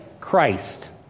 Christ